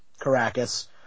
Caracas